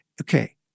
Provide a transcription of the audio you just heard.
Okay